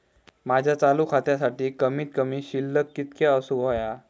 माझ्या चालू खात्यासाठी कमित कमी शिल्लक कितक्या असूक होया?